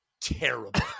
terrible